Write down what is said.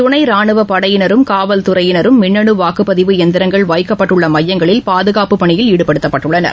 துணை ரானுவப்படையினரும் காவல்துறையினரும் மின்னனு வாக்குப்பதிவு எந்திரங்கள் வைக்கப்பட்டுள்ள மையங்களில் பாதுகாப்புப் பணியில் ஈடுபட்டுள்ளனர்